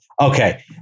Okay